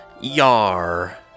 Yar